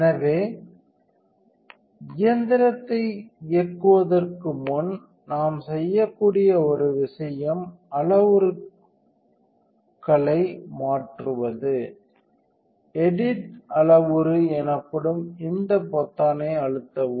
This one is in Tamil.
எனவே இயந்திரத்தை இயக்குவதற்கு முன் நாம் செய்யக்கூடிய ஒரு விஷயம் அளவுருக்களை மாற்றுவது எடிட் அளவுரு எனப்படும் இந்த பொத்தானை அழுத்தவும்